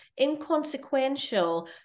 inconsequential